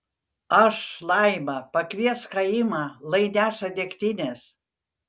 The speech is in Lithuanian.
aš laima pakviesk chaimą lai neša degtinės